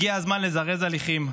הגיע הזמן לזרז הליכים,